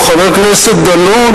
או חבר הכנסת דנון,